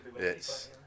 yes